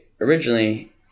originally